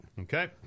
okay